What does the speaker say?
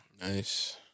Nice